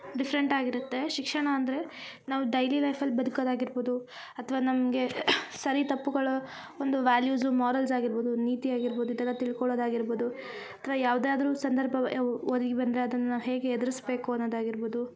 ಡಿಫ್ರೆಂಟಾಗಿರುತ್ತೆ ಶಿಕ್ಷಣ ಅಂದರೆ ನಾವು ಡೈಲಿ ಲೈಫಲ್ಲಿ ಬದಕದಾಗಿರ್ಬೋದು ಅಥ್ವ ನಮಗೆ ಸರಿ ತಪ್ಪುಗಳು ಒಂದು ವ್ಯಾಲ್ಯೂಸು ಮಾರಲ್ಸ್ ಆಗಿರ್ಬೋದು ನೀತಿ ಆಗಿರ್ಬೋದು ಇದೆಲ್ಲ ತಿಳ್ಕೊಳೋದು ಆಗಿರ್ಬೋದು ಅಥ್ವ ಯಾವ್ದಾದರೂ ಸಂದರ್ಭ ಒದಗಿಬಂದರೆ ಅದನ್ನ ಹೇಗ ಎದ್ರಸ್ಬೇಕು ಅನ್ನೋದು ಆಗಿರ್ಬೋದು